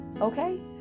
Okay